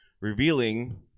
revealing